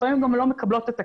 לפעמים גם לא מקבלות את הכסף.